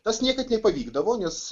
tas niekad nepavykdavo nes